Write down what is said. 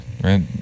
right